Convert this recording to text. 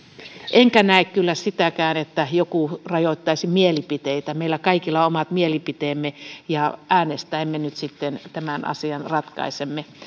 enkä näe kyllä sitäkään että joku rajoittaisi mielipiteitä meillä kaikilla on omat mielipiteemme ja äänestäen me nyt sitten tämän asian ratkaisemme